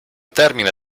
termine